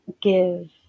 give